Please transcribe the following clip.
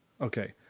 okay